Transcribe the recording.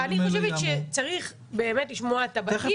ברור, אני חושבת שצריך באמת לשמוע את הבט"פ.